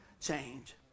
change